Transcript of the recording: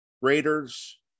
Raiders